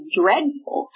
dreadful